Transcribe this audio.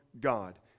God